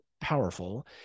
powerful